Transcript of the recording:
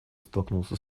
столкнулся